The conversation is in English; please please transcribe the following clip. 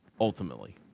ultimately